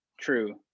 true